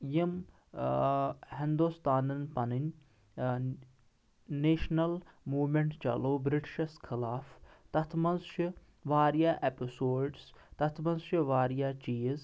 یِم ہندوستانن پنٕنۍ نیشنل مومینٹ چلو برٹشس خٕلاف تتھ منٛز چھِ واریاہ اٮ۪پسوڈٕس تتھ منٛز چھِ واریاہ چیٖز